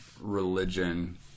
religion